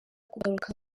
kugaruka